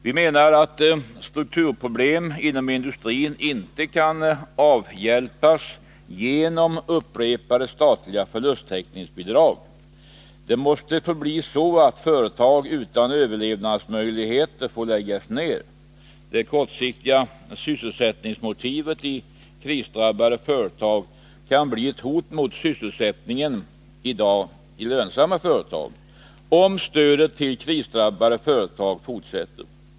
Vi menar att strukturproblem inom industrin inte kan avhjälpas genom upprepade statliga förlusttäckningsbidrag. Det måste få bli så att företag utan överlevnadsmöjligheter får läggas ned. Det kortsiktiga sysselsättningsmotivet i krisdrabbade företag kan bli ett hot mot sysselsättningen i företag som i dag är lönsamma, om stödet till krisdrabbade företag fortsätter.